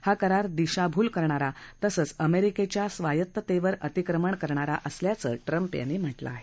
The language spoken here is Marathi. हा करार दिशाभूल करणारा तसंच अमेरिकेच्या स्वायत्ततेवर अंतिक्रमण करणारा असल्याचं ट्रंप यांनी म्हटलं आहे